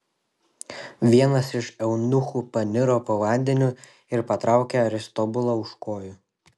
vienas iš eunuchų paniro po vandeniu ir patraukė aristobulą už kojų